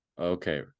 okay